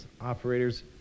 operators